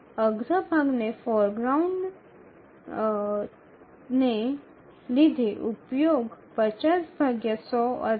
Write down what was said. અગ્રભાગને લીધે ઉપયોગ ૫0 ભાગ્યા ૧00 અથવા 0